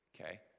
okay